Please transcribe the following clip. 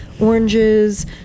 oranges